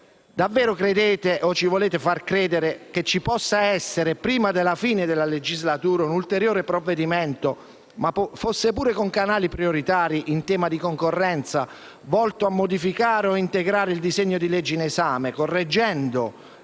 Davvero credete o ci volete far credere «che ci possa essere, prima della fine della legislatura, un ulteriore provvedimento - anche d'urgenza - in tema di concorrenza, volto a modificare o integrare il disegno di legge in esame, correggendo